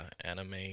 anime